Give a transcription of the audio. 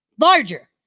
larger